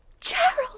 Gerald